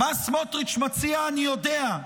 --- מה סמוטריץ' מציע אני יודע,